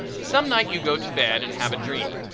some night you go to bed and have a dream.